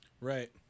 Right